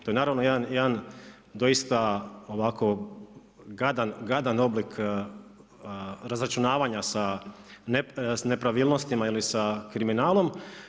To je naravno jedan doista ovako gadan oblik razračunavanja sa nepravilnostima ili sa kriminalom.